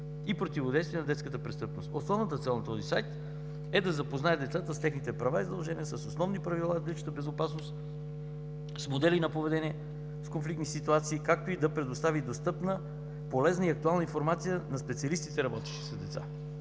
и противодействие на детската престъпност! Основната цел на този сайт е да запознае децата с техните права и задължения, с основни правила за безопасност, с модели на поведение в конфликтни ситуации, както и да предостави достъпна, полезна и актуална информация на специалистите, работещи с деца.